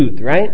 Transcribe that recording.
right